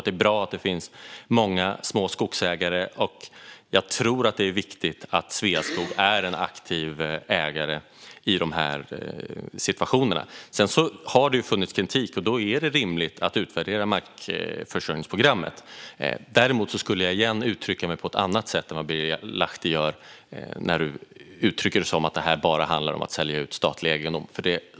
Det är bra att det finns många små skogsägare, och jag tror att det är viktigt att Sveaskog är en aktiv ägare i de här situationerna. Det har funnits kritik, och därför är det rimligt att utvärdera markförsörjningsprogrammet. Däremot skulle jag uttrycka det på ett annat sätt än vad Birger Lahti gör när du säger att detta bara handlar om att sälja ut statlig egendom.